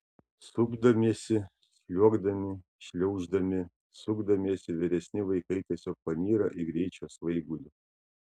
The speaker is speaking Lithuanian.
supdamiesi sliuogdami šliauždami sukdamiesi vyresni vaikai tiesiog panyra į greičio svaigulį